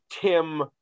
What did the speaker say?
Tim